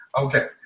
Okay